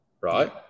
right